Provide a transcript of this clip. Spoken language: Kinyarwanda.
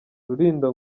rulindo